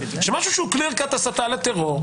שמשהו שהואclear cut הסתה לטרור,